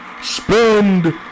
Spend